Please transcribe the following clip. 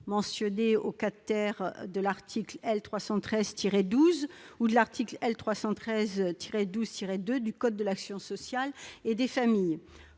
mentionnés au IV de l'article L. 313-12 ou de l'article L. 313-12-2 du code de l'action sociale et des familles.